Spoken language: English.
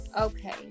okay